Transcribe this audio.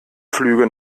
flüge